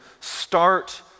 start